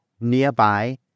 nearby